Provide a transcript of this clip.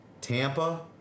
Tampa